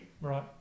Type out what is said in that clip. right